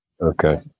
okay